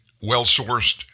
well-sourced